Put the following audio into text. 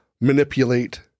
manipulate